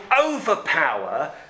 overpower